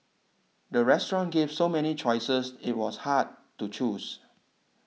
the restaurant gave so many choices it was hard to choose